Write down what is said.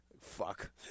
Fuck